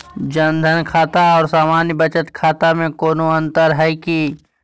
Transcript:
जन धन खाता और सामान्य बचत खाता में कोनो अंतर है की?